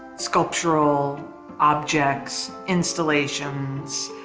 sculptural objects, installations,